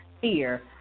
fear